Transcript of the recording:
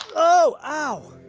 oh